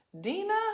Dina